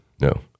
No